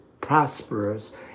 prosperous